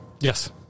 yes